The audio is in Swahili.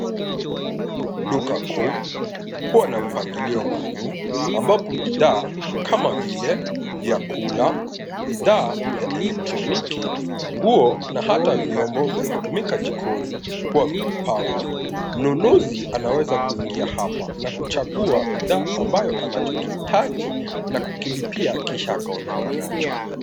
Duka kuu huwa na mpangilio maalum. Ambapo bidhaa kama vile vyakula, bidhaa vya elektroniki, nguo na hata vyombo vya kutumika jikoni huwa vimepangwa. Mnunuzi anaweza kuingia hapa na kuchagua bidhaa ambayo anachokihitaji na kukilipia kisha akaondoka nacho.